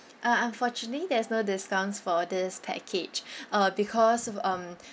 uh unfortunately there is no discounts for this package uh because um